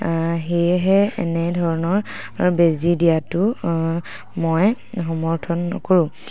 সেয়েহে এনেধৰণৰ বেজী দিয়াতো মই সমৰ্থন নকৰোঁ